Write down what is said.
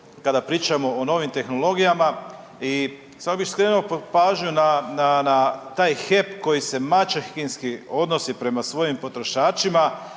kada pričamo o novim tehnologijama. I samo bih skrenuo pažnju na taj HEP koji se maćehinski odnosi prema svojim potrošačima